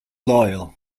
loyal